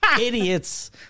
idiots